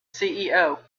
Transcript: ceo